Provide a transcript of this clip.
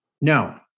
No